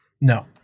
No